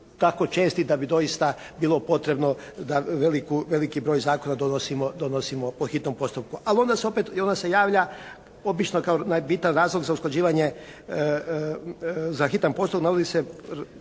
tako česti da bi doista bilo potrebno da veliki broj zakona donosimo po hitnom postupku. Ali onda se javlja obično kao bitan razlog za usklađivanje za hitan postupak